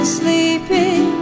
sleeping